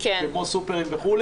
כמו סופרים וכו',